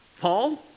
Paul